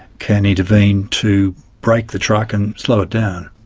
can intervene to brake the truck and slow it down.